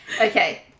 Okay